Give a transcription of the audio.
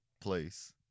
place